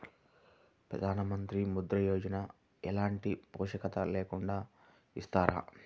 ప్రధానమంత్రి ముద్ర యోజన ఎలాంటి పూసికత్తు లేకుండా ఇస్తారా?